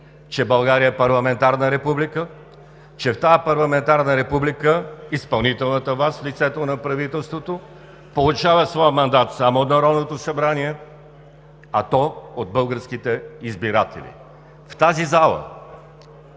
че България е парламентарна република, че в тази парламентарна република изпълнителната власт в лицето на правителството получава своя мандат само от Народното събрание, а то от българските избиратели. В тази зала